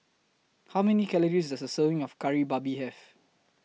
How Many Calories Does A Serving of Kari Babi Have